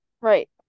Right